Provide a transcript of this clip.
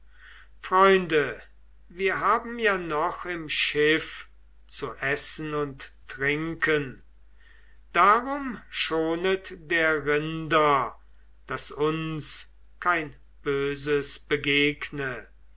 freunde wir haben ja noch im schiffe zu essen und trinken darum schonet der rinder daß uns kein böses begegne